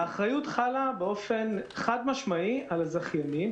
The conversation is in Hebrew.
האחריות חלה באופן חד-משמעי על הזכיינים,